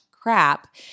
crap